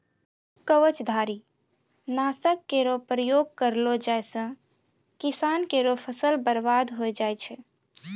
कवचधारी? नासक केरो प्रयोग करलो जाय सँ किसान केरो फसल बर्बाद होय जाय छै